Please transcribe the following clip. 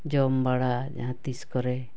ᱡᱚᱢ ᱵᱟᱲᱟ ᱡᱟᱦᱟᱸ ᱛᱤᱥ ᱠᱚᱨᱮ